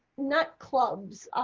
not clubs,